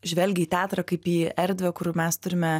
žvelgė į teatrą kaip į erdvę kur mes turime